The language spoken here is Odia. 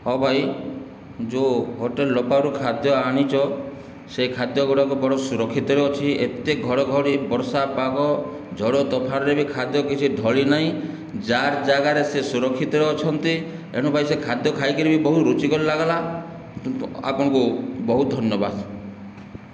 ହଁ ଭାଇ ଯେଉଁ ହୋଟେଲ ଲୋପାରୁ ଖାଦ୍ୟ ଆଣିଛ ସେହି ଖାଦ୍ୟଗୁଡ଼ିକ ବଡ଼ ସୁରକ୍ଷିତରେ ଅଛି ଏତେ ଘଡ଼ଘଡ଼ି ବର୍ଷା ପାଗ ଝଡ଼ ତୋଫାନରେ ବି ଖାଦ୍ୟ କିଛି ଢଳି ନାହିଁ ଯାହାର ଜାଗାରେ ସେ ସୁରକ୍ଷିତରେ ଅଛନ୍ତି ଏଣୁ ଭାଇ ସେ ଖାଦ୍ୟ ଖାଇକରି ବି ବହୁତ ରୁଚିକର ଲାଗିଲା ଆପଣଙ୍କୁ ବହୁତ ଧନ୍ୟବାଦ